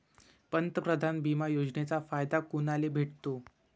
पंतप्रधान बिमा योजनेचा फायदा कुनाले भेटतो?